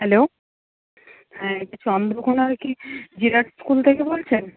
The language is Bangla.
হ্যালো হ্যাঁ চন্দ্রকোণার কি জিরাট স্কুল থেকে বলছেন